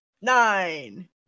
Nine